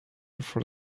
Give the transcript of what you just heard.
for